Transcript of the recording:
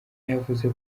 yavuze